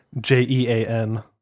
j-e-a-n